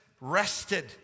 rested